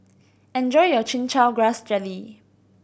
enjoy your Chin Chow Grass Jelly